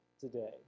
today